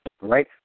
right